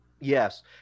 Yes